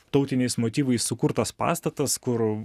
tautiniais motyvais sukurtas pastatas kur